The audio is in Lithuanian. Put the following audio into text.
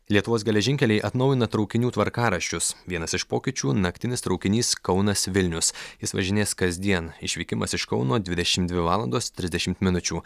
lietuvos geležinkeliai atnaujina traukinių tvarkaraščius vienas iš pokyčių naktinis traukinys kaunas vilnius jis važinės kasdien išvykimas iš kauno dvidešimt dvi valandos trisdešimt minučių